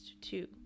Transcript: two